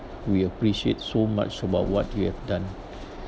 we appreciate so much about what you have done